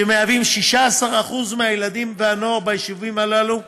שמהווים 16% מהילדים והנוער ביישובים הללו,